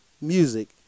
music